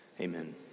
amen